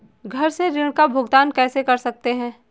घर से ऋण का भुगतान कैसे कर सकते हैं?